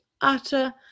utter